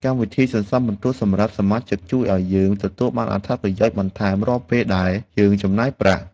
កម្មវិធីសន្សំពិន្ទុសម្រាប់សមាជិកជួយឱ្យយើងទទួលបានអត្ថប្រយោជន៍បន្ថែមរាល់ពេលដែលយើងចំណាយប្រាក់។